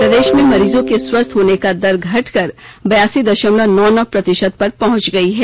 प्रदेश में मरीजों के स्वस्थ होने का दर घटकर बयासी दशमलव नौ नौ प्रतिशत पर पहुंच गई है